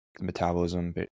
metabolism